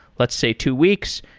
let's say, two weeks.